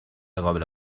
قابل